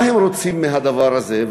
מה הם רוצים מהדבר הזה?